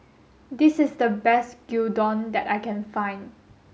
this is the best Gyudon that I can find